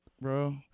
bro